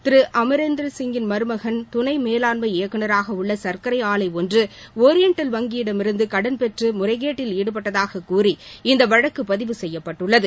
திரு அமரேந்திர சிங்கின் மருமகள் துணை மேலாண்மை இயக்குநராக உள்ள சா்க்கரை ஆலை ஒன்று ஒரியண்டல் வங்கியிடமிருந்து கடன் பெற்று முறைகேட்டில் ஈடுபட்டதாக கூறி இந்த வழக்கு பதிவு செய்யப்பட்டுள்ளது